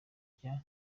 kurya